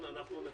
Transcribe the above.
אנחנו הכנו.